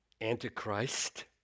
Antichrist